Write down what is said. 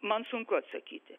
man sunku atsakyti